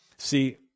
See